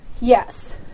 yes